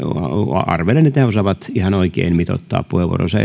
arvelen että he osaavat ihan oikein mitoittaa puheenvuoronsa